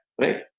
right